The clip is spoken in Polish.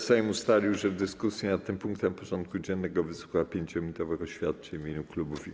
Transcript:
Sejm ustalił, że w dyskusji nad tym punktem porządku dziennego wysłucha 5-minutowych oświadczeń w imieniu klubów i koła.